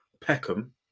Peckham